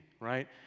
right